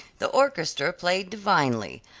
the orchestra played divinely.